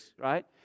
right